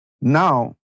Now